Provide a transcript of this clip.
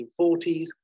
1940s